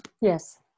yes